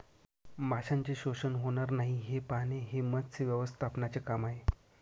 माशांचे शोषण होणार नाही हे पाहणे हे मत्स्य व्यवस्थापनाचे काम आहे